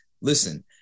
listen